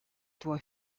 tuoi